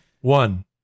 one